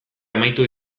amaitu